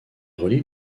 relie